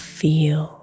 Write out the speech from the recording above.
feel